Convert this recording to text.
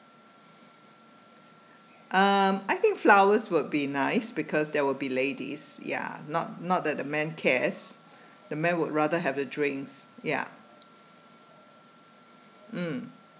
um I think flowers would be nice because there will be ladies ya not not that the man cares the man would rather have a drinks ya mm